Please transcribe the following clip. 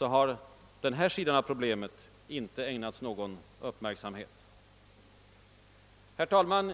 har denna sida av problemet icke ägnats uppmärksamhet. Herr talman!